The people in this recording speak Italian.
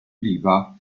oliva